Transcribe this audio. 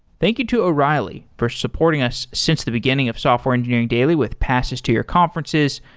thank you to o'reilly for supporting us since the beginning of software engineering daily with passage tier conferences.